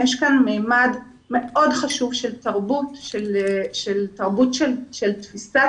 יש כאן מימד מאוד חשוב של תרבות, תרבות של תפיסת